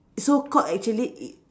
so called actually it